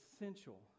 essential